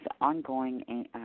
ongoing